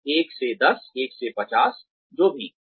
1 से 10 1 से 50 जो भी हो